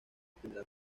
primera